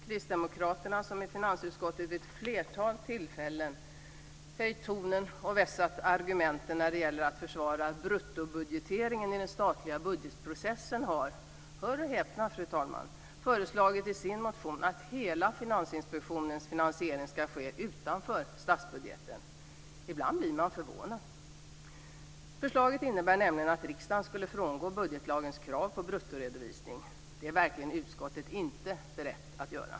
Kristdemokraterna, som i finansutskottet vid ett flertal tillfällen höjt tonen och vässat argumenten när det gäller att försvara bruttobudgeteringen i den statliga budgetprocessen, har - hör och häpna, fru talman - i sin motion föreslagit att hela Finansinspektionens finansiering ska ske utanför statsbudgeten. Ibland blir man förvånad. Förslaget innebär nämligen att riksdagen skulle frångå budgetlagens krav på bruttoredovisning. Det är utskottet verkligen inte berett att göra.